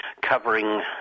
covering